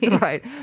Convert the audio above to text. right